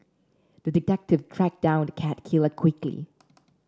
the detective tracked down the cat killer quickly